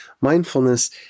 Mindfulness